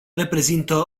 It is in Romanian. reprezintă